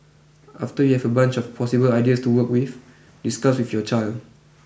after you have a bunch of possible ideas to work with discuss with your child